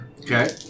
Okay